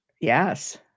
Yes